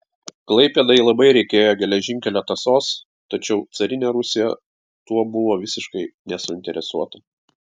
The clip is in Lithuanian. klaipėdai labai reikėjo geležinkelio tąsos tačiau carinė rusija tuo buvo visiškai nesuinteresuota